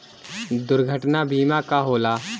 दुर्घटना बीमा का होला?